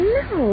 no